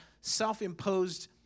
self-imposed